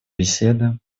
беседа